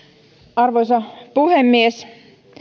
arvoisa puhemies